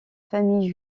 famille